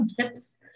chips